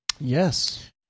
Yes